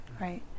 Right